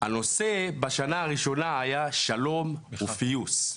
הנושא, בשנה הראשונה, היה שלום ופיוס.